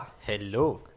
Hello